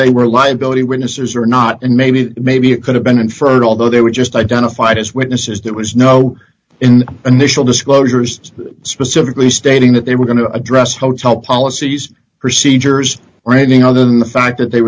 they were liability witnesses or not and maybe maybe it could have been inferred although they were just identified as witnesses there was no in initial disclosures specifically stating that they were going to address hotel policies procedures or anything other than the fact that they